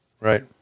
Right